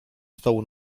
stołu